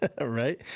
Right